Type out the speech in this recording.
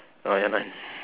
ah ya